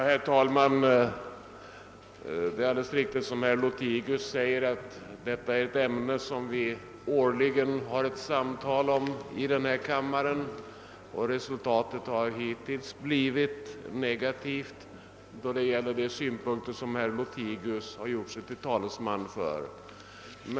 Herr talman! Det är riktigt som herr Lothigius säger att detta är ett ämne som vi årligen har ett samtal om i denna kammare. Resultatet har hittills blivit negativt då det gäller de synpunkter som herr Lothigius här gjort sig till talesman för.